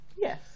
Yes